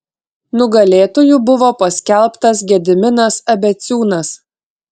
nugalėtoju buvo paskelbtas gediminas abeciūnas